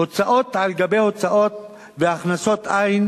הוצאות על גבי הוצאות והכנסות אין.